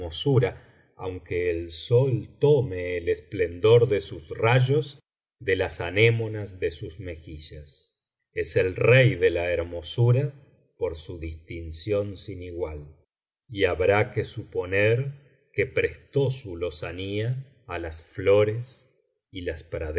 hermosura aunque el sol tome el esplendor de sus rayos de las anémonas de sus mejillas es el rey de la hermosura por su distinción sin igual y habrá que suponer que prestó su lozanía á las flores y las